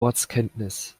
ortskenntnis